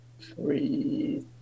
three